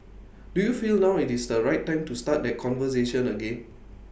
do you feel now is the right time to start that conversation again